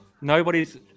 nobody's